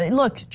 look,